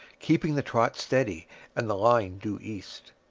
keeping the trot steadily and the line due east.